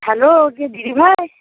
hello কে দিদিভাই